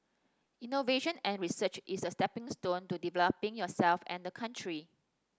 innovation and research is a stepping stone to developing yourself and the country